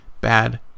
bad